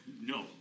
No